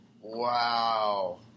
Wow